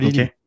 Okay